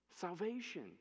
Salvation